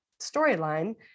storyline